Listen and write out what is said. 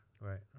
Right